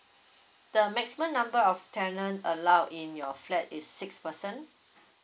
the maximum number of tenant allowed in your flat is six person